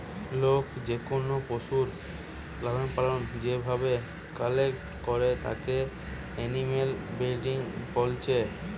লোক যেকোনো পশুর লালনপালন যে ভাবে কন্টোল করে তাকে এনিম্যাল ব্রিডিং বলছে